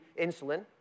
insulin